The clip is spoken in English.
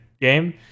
game